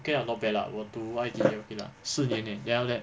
okay lah not bad lah 我读 I_T_E okay lah 四年而已 then after that